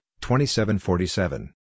2747